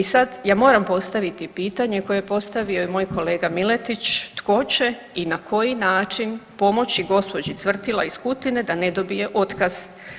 I sad ja moram postaviti pitanje koje je postavio i moj kolega Miletić tko će i na koji način pomoći gospođi Cvrtila iz Kutine da ne dobije otkaz?